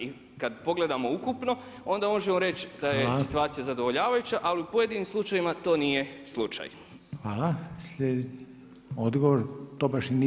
I kad pogledamo ukupno onda možemo reći da je situacija zadovoljavajuća, ali u pojedinim slučajevima to nije slučaj.